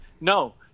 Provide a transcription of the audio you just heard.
No